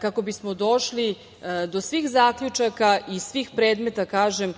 kako bismo došli do svih zaključaka i svih predmeta, kažem,